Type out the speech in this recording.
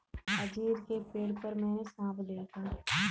अंजीर के पेड़ पर मैंने साँप देखा